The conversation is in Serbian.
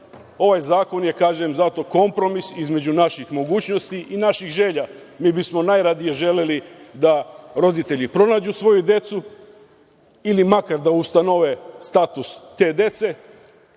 zakon je, kažem, zato kompromis između naših mogućnosti i naših želja. Mi bi smo najradije želeli da roditelji pronađu svoju decu ili makar da ustanove status te dece